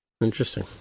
Interesting